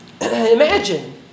Imagine